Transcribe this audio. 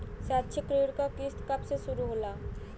शैक्षिक ऋण क किस्त कब से शुरू होला?